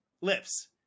Lips